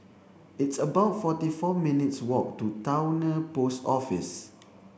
it's about forty four minutes walk to Towner Post Office